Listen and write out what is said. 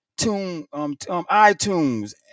iTunes